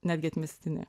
netgi atmestini